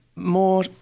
More